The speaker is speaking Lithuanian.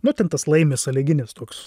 nu ten tas laimi sąlyginis toks